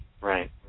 Right